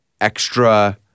extra